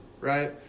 right